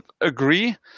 agree